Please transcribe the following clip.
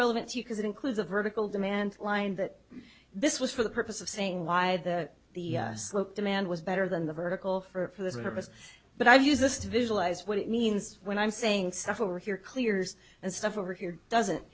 relevant to you because it includes a vertical demand line that this was for the purpose of saying why the the slope demand was better than the vertical for the service but i use this to visualize what it means when i'm saying stuff over here clears and stuff over here doesn't